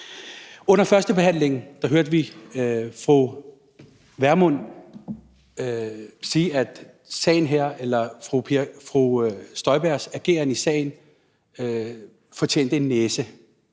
Under førstebehandlingen hørte vi fru Pernille Vermund sige, at fru Inger Støjbergs ageren i sagen fortjener en næse.